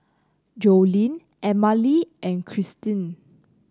Joline Emmalee and Krystin